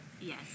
Yes